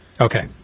Okay